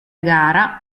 gara